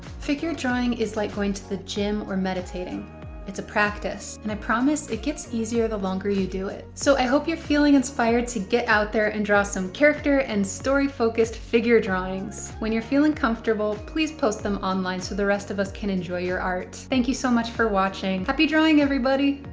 figure drawing is like going to the gym or meditating it's a practice. and i promise it gets easier the longer you do it. so i hope you're feeling inspired to get out there and draw some character and story-focused figure drawings! when you're feeling comfortable, please post them online so the rest of us can enjoy your art! thank you so much for watching. happy drawing, everybody!